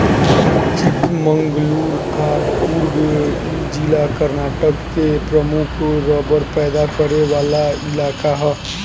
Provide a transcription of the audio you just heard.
चिकमंगलूर आ कुर्ग इ जिला कर्नाटक के प्रमुख रबड़ पैदा करे वाला इलाका ह